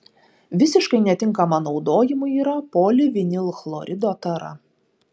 visiškai netinkama naudojimui yra polivinilchlorido tara